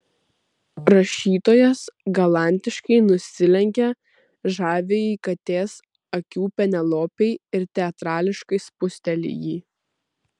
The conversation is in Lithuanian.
rašytojas galantiškai nusilenkia žaviajai katės akių penelopei ir teatrališkai spusteli jį